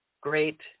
great